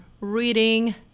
reading